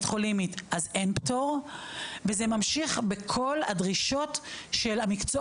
זה לגיטימי שתוכל לנתב למקומות